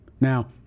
Now